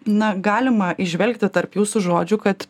na galima įžvelgti tarp jūsų žodžių kad